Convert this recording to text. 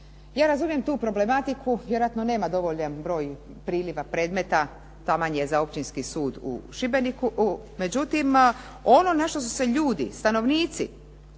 Ja razumijem tu problematiku, vjerojatno nema dovoljan broj priliva predmeta, taman je za Općinski sud u Šibeniku. Međutim, na što su se ljudi stanovnici